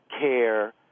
care